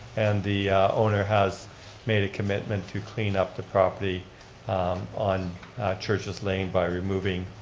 and the owner has made a commitment to clean up the property on church's lane by removing